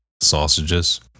sausages